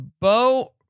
Bo